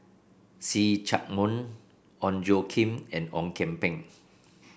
See Chak Mun Ong Tjoe Kim and Ong Kian Peng